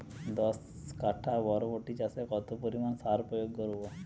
দশ কাঠা বরবটি চাষে কত পরিমাণ সার প্রয়োগ করব?